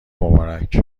مبارک